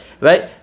right